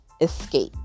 escape